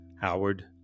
Howard